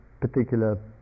particular